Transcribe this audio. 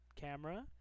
camera